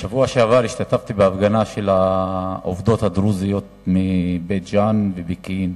בשבוע שעבר השתתפתי בהפגנה של העובדות הדרוזיות מבית-ג'ן ופקיעין.